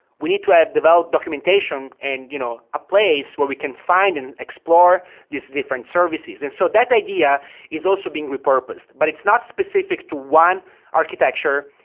we need to have but documentation and you know a place where we can find and explore these different services. and so that idea is also being repurposed, but it's not specific to one architecture.